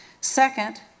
Second